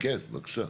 כן, בבקשה.